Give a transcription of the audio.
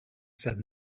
said